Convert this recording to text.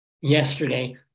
Yesterday